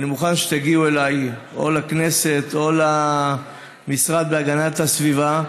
אני מוכן שתגיעו אליי או לכנסת או למשרד להגנת הסביבה,